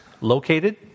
located